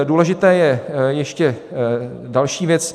Důležitá je ještě další věc.